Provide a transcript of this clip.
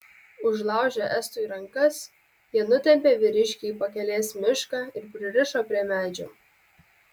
užlaužę estui rankas jie nutempė vyriškį į pakelės mišką ir pririšo prie medžio